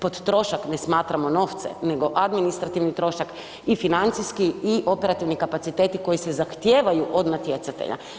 Pod trošak ne smatramo novce nego administrativni trošak i financijski i operativni kapaciteti koji se zahtijevaju od natjecatelja.